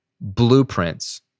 blueprints